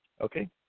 okay